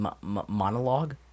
monologue